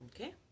Okay